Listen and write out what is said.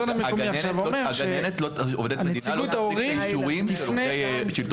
יש פה